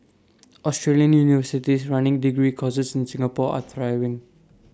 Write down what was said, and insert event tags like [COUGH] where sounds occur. [NOISE] Australian universities running degree courses in Singapore are thriving